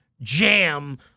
jam